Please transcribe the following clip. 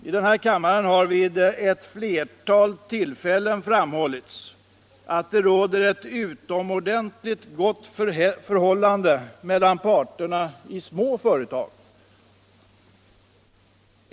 I denna kammare har det vid ett flertal tillfällen framhållits att det råder ett utomordentligt gott förhållande mellan parterna i små företag.